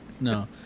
No